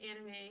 anime